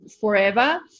forever